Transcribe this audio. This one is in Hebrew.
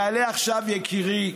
יעלה עכשיו יקירי,